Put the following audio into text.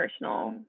personal